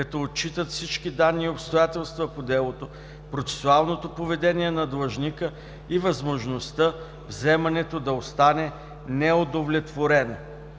като отчитат всички данни и обстоятелства по делото, процесуалното поведение на длъжника и възможността вземането да остане неудовлетворено“.